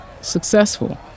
successful